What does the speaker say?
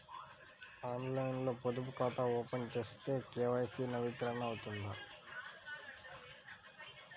ఆన్లైన్లో పొదుపు ఖాతా ఓపెన్ చేస్తే కే.వై.సి నవీకరణ అవుతుందా?